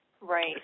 Right